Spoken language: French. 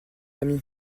ami